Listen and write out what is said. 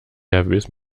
nervös